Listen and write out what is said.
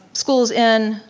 schools in,